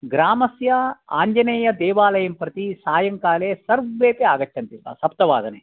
ग्रामस्य आञ्जनेयदेवालयं प्रति सायंकाले सर्वेपि आगच्छन्ति स्म सप्तवादने